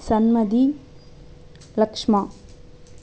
Sanmathi Lakshma